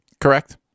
Correct